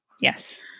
Yes